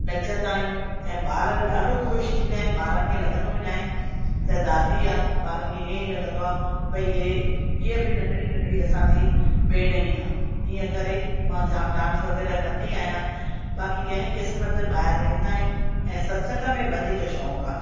नचंदा आहियूं ऐं ॿार बि ॾाढो ख़ुशि थींदा आहिनि ॿारनि खे लॻंदो ई न आहे त दादी आहे ॿारनि खे हीअं ई लॻंदो आ भई इहे हीअ बि नंढड़ी नंढड़ी असांजी भेण ई आहे ईअं करे मां जामु डांस वग़ैरह कंदी आहियां बाक़ी कंहिं किस्मत ॿाहिरि वेंदा आहियूं ऐं सत्संग में वधीक शौक़ु आहे